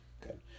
Good